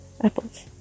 apples